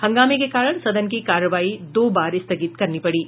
हंगामे के कारण सदन की कार्यवाही दो बार स्थगित करनी पड़ी